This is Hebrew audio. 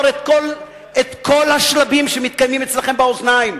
את כל השלבים שמתקיימים אצלכם באוזניים.